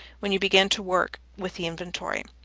when you begin to work with the inventory.